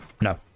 No